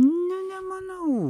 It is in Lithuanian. ne nemanau